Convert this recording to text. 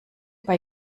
bei